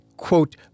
quote